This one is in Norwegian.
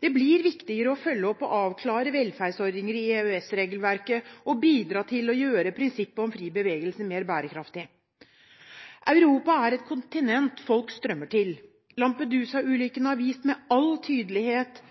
Det blir viktigere å følge opp og avklare velferdsordninger i EØS-regelverket, og bidra til å gjøre prinsippet om fri bevegelse mer bærekraftig. Europa er et kontinent folk strømmer til. Lampedusa-ulykkene har vist med all tydelighet